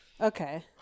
okay